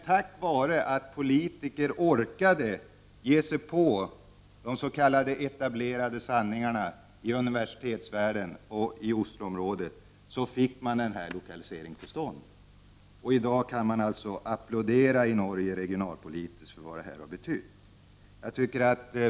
Tack vare att politiker orkade ge sig på de s.k. etablerade sanningarna i universitetsvärlden och i Osloområdet kom lokaliseringen till stånd. I dag kan man alltså i Norge applådera den regionalpolitiska betydelsen av detta.